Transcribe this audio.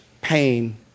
pain